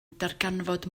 darganfod